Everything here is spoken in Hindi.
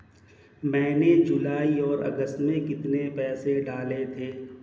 मैंने जुलाई और अगस्त में कितने रुपये डाले थे?